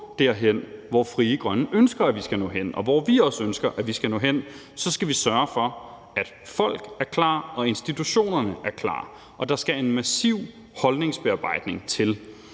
derhen, hvor Frie Grønne ønsker at vi skal nå hen, og hvor vi også ønsker vi skal nå hen, skal vi sørge for, at folk er klar til det og institutionerne er klar til det, og der skal en massiv holdningsbearbejdning til.